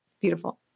Beautiful